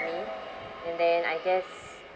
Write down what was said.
me and then I guess